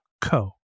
co